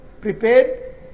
prepared